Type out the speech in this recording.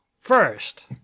First